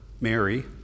Mary